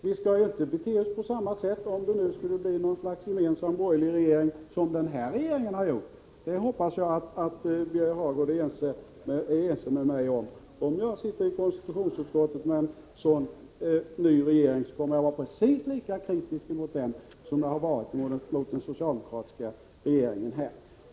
Om det nu skulle bli något slags gemensam borgerlig regering, skall vi inte bete oss på samma sätt som denna regering har gjort. Det hoppas jag att Birger Hagård är ense med mig om. Om jag sitter i konstitutionsutskottet med en sådan ny regering, kommer jag att vara precis lika kritisk mot den som jag har varit mot den socialdemokratiska regeringen.